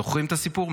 זוכרים את הסיפור?